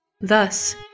Thus